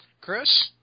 Chris